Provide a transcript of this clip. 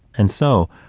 and so,